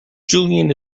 julian